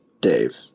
dave